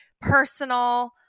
personal